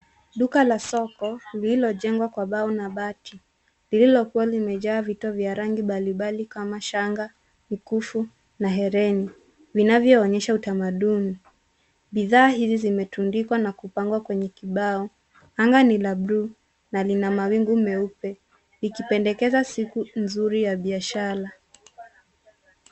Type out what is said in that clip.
Duka la soko lililojengwa kwa bao na bati lililokuwa limejaa vito vya rangi mbalimbali kama shanga, mkufu na hereni vinavyoonyesha utamaduni. Bidhaa hizi zimetundikwa na kupangwa kwenye kibao. Anga ni la bluu na lina mawingu meupe likipendekeza siku nzuri ya biashara.